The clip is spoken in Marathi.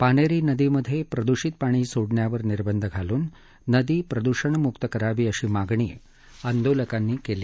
पानेरी नदीत प्रदूषित पाणी सोडण्यावर निर्बंध घालून नदी प्रदूषण मुक्त करावी अशी मागणी आंदोलकांनी केली